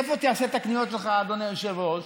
איפה תעשה את הקניות שלך, אדוני היושב-ראש?